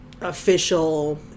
official